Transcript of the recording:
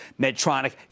Medtronic